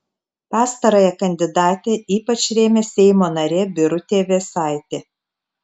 pastarąją kandidatę ypač rėmė seimo narė birutė vėsaitė